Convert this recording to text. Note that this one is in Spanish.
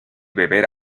beber